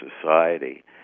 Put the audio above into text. society